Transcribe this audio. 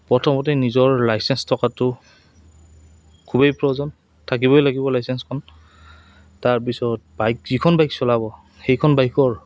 প্ৰথমতে নিজৰ লাইচেঞ্চ থকাটো খুবেই প্ৰয়োজন থাকিবই লাগিব লাইচেঞ্চখন তাৰপিছত বাইক যিখন বাইক চলাব সেইখন বাইকৰ